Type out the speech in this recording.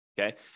okay